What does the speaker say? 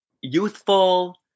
youthful